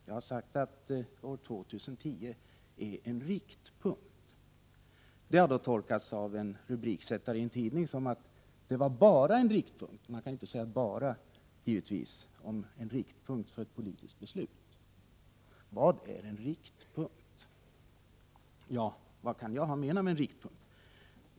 Jag har sagt att år 2010 är en riktpunkt. Det har då tolkats av en rubriksättare i en tidning som att det var ”bara” en riktpunkt. Man kan givetvis inte säga ”bara” om en riktpunkt för ett politiskt beslut. Vad är en riktpunkt? Vad kan jag ha menat?